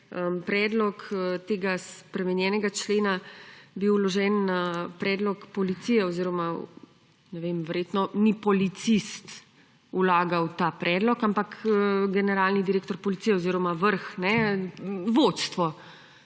predlog tega spremenjenega člena bil vložen na predlog policije oziroma ne vem, verjetno ni policist vlagal tega predloga, ampak generalni direktor policije oziroma vrh, vodstvo,